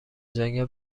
جنگل